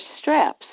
straps